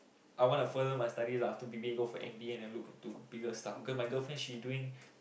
I wanna further my studies ah after B_B go for M_B and look to bigger stuff cause my girlfriend she doing